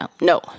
No